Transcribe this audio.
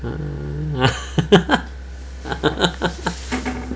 ah